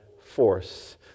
force